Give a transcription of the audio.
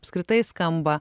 apskritai skamba